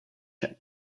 your